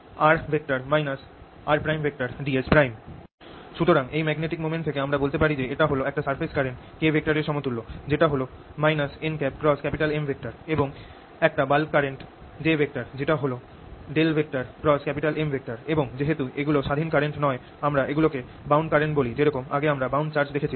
ds সুতরাং এই magnetic moment থেকে আমরা বলতে পারি যে এটা হল একটা সারফেস কারেন্ট K এর সমতুল্য যেটা হল nM এবং একটা বাল্ক কারেন্ট J যেটা হল M এবং যেহেতু এগুলো স্বাধীন কারেন্ট নয় আমরা এগুলো কে বাউন্ড কারেন্ট বলি যেরকম আগে আমরা বাউন্ড চার্জ দেখেছিলাম